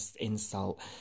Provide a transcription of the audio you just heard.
insult